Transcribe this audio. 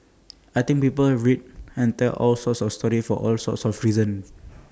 I think people read and tell all sorts of stories for all sorts of reasons